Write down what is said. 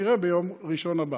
נראה ביום ראשון הבא.